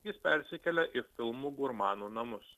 jis persikelė į filmų gurmanų namus